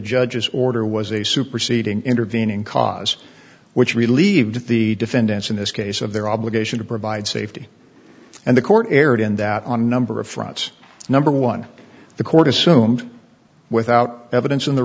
judge's order was a superseding intervening cause which relieved the defendants in this case of their obligation to provide safety and the court erred in that on a number of fronts number one the court assumed without evidence in the